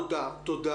תודה.